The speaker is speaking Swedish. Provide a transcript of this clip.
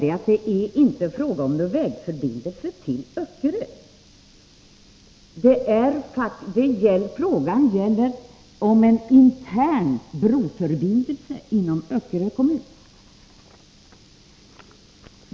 Det är emellertid inte fråga om någon broförbindelse till Öckerö. Frågan gäller en intern broförbindelse inom Öckerö kommun.